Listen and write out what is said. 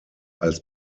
als